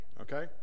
Okay